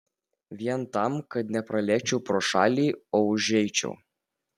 vien tam kad nepralėkčiau pro šalį o užeičiau